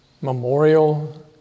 memorial